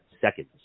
seconds